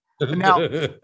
Now